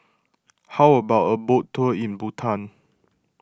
how about a boat tour in Bhutan